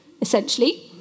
essentially